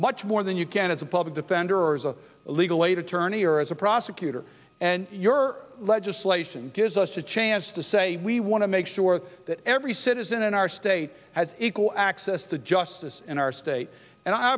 much more than you can as a public defender or as a legal aid attorney or as a prosecutor and your legislation gives us a chance to say we want to make sure that every citizen in our state has equal access to justice in our state and i